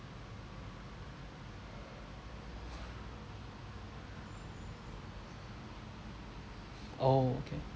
oh okay